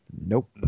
Nope